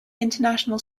international